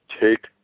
Take